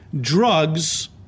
drugs